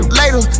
later